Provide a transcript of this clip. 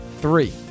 Three